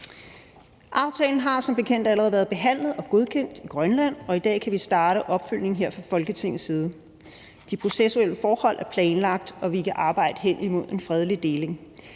bekendt allerede været behandlet og godkendt i Grønland, og i dag kan vi starte opfølgningen fra Folketingets side. De processuelle forhold er planlagt, og vi kan arbejde hen imod en fredelig deling.